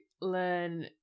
learn